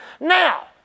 Now